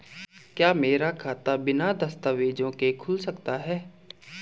क्या मेरा खाता बिना दस्तावेज़ों के खुल सकता है?